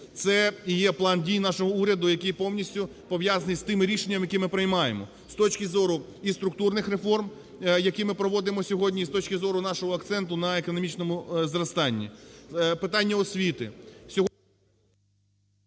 Це і є план дій нашого уряду, який повністю пов'язаний з тими рішеннями, які ми приймаємо, з точки зору і структурних реформ, які ми проводимо сьогодні, і з точки зору нашого акценту на економічному зростанні. Питання освіти.